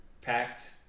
packed